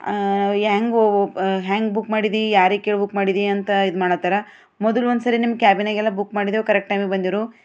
ಹಾಂ ಹೇಗೋ ಹ್ಯಾಂಗೆ ಬುಕ್ ಮಾಡಿದಿ ಯಾರಿಗೆ ಕೇಳಿ ಬುಕ್ ಮಾಡಿದಿ ಅಂತ ಇದು ಮಾಡಾತ್ತಾರ ಮೊದಲು ಒಂದ್ಸರಿ ನಿಮ್ಮ ಕ್ಯಾಬ್ನಿಗೆಲ್ಲ ಬುಕ್ ಮಾಡಿದ್ದೆವು ಕರಕ್ಟ್ ಟೈಮಿಗೆ ಬಂದಿದ್ರು